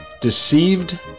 deceived